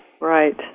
Right